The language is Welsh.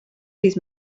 dydd